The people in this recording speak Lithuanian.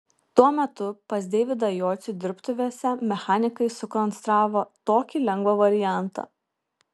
tuo metu pas deividą jocių dirbtuvėse mechanikai sukonstravo tokį lengvą variantą